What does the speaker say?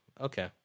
Okay